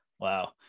Wow